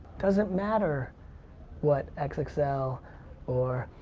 doesn't matter what xxl like so or